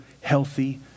healthy